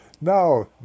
No